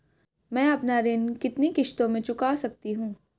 मैं अपना ऋण कितनी किश्तों में चुका सकती हूँ?